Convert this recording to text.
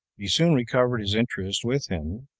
he soon recovered his interest with him,